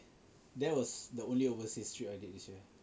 that was the only overseas trip I did this year